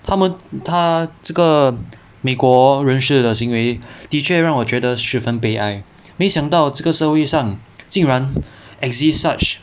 他们他这个美国人士的行为的确让我觉得十分悲哀没想到这个社会上竟然 exists such